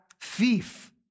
thief